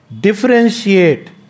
differentiate